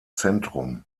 zentrum